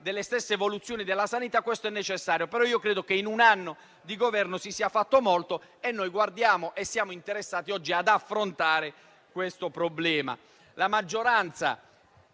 delle stesse evoluzioni della sanità, questo è vero e necessario. Però credo che in un anno di Governo si sia fatto molto e noi siamo interessati oggi ad affrontare questo problema.